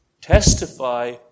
Testify